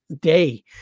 day